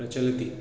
प्रचलति